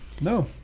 no